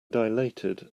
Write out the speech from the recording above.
dilated